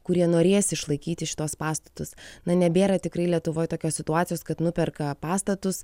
kurie norės išlaikyti šituos pastatus na nebėra tikrai lietuvoj tokios situacijos kad nuperka pastatus